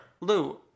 Lou